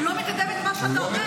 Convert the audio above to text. הוא לא מקדם את מה שאתה אומר.